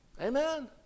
Amen